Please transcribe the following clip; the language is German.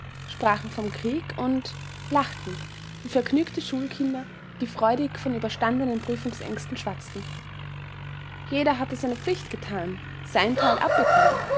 sprachen vom krieg und lachten wie vergnügte schulkinder die freudig von überstandenen prüfungsängsten schwatzen jeder hatte seine pflicht getan sein teil abbekommen